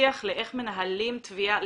שיח לאיך מנהלים תביעה,